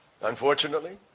unfortunately